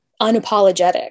unapologetic